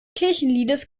kirchenliedes